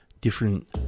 different